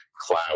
cloud